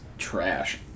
Trash